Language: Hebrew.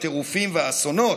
הטירופים והאסונות,